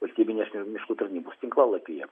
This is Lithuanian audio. valstybinės miškų tarnybos tinklalapyje